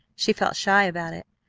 she felt shy about it.